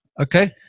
okay